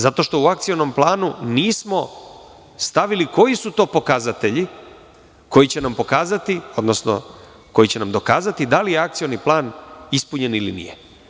Zato što u akcionom planu nismo stavili koji su to pokazatelji koji će nam pokazati, odnosno dokazati da li je akcioni plan ispunjen ili nije.